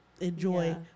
Enjoy